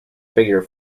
figure